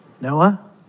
Noah